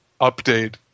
update